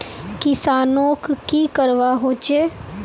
किसानोक की करवा होचे?